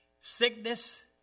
sickness